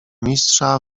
mistrza